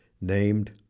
named